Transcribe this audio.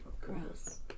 Gross